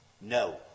No